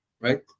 right